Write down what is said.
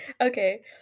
okay